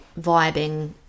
vibing